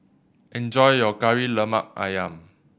enjoy your Kari Lemak Ayam